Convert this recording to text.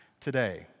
today